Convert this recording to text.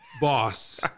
boss